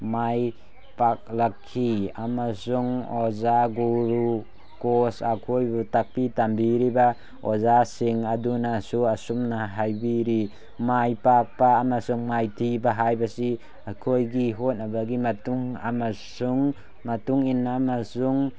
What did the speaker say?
ꯃꯥꯏ ꯄꯥꯛꯂꯛꯈꯤ ꯑꯃꯁꯨꯡ ꯑꯣꯖꯥ ꯒꯨꯔꯨ ꯀꯣꯁ ꯑꯩꯈꯣꯏꯕꯨ ꯇꯥꯛꯄꯤ ꯇꯝꯕꯤꯔꯤꯕ ꯑꯣꯖꯥꯁꯤꯡ ꯑꯗꯨꯅꯁꯨ ꯑꯁꯨꯝꯅ ꯍꯥꯏꯕꯤꯔꯤ ꯃꯥꯏ ꯄꯥꯛꯄ ꯑꯃꯁꯨꯡ ꯃꯥꯏꯊꯤꯕ ꯍꯥꯏꯕꯁꯤ ꯑꯩꯈꯣꯏꯒꯤ ꯍꯣꯠꯅꯕꯒꯤ ꯃꯇꯨꯡ ꯑꯃꯁꯨꯡ ꯃꯇꯨꯡ ꯏꯟꯅ ꯑꯃꯁꯨꯡ